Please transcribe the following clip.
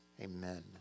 amen